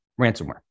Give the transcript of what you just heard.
ransomware